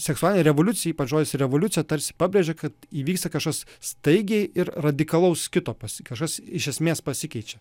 seksualinė revoliucija ypač žodis revoliucija tarsi pabrėžia kad įvyksta kažkas staigiai ir radikalaus kito pasi kažkas iš esmės pasikeičia